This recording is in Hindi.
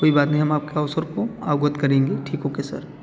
कोई बात नहीं हम आप के अवसर को अवगत करेंगे सर ठीक ओके सर